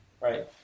Right